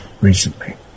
recently